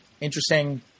Interesting